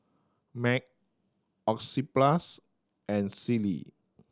Mac Oxyplus and Sealy